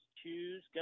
choose